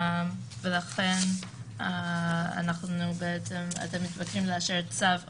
ולכן אתם מתבקשים לאשר צו חדש,